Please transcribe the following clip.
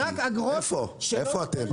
איפה אתם?